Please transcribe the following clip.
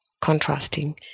contrasting